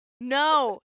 no